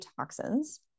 toxins